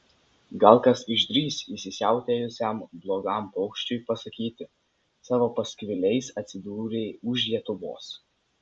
gal kas išdrįs įsisiautėjusiam blogam paukščiui pasakyti savo paskviliais atsidūrei už lietuvos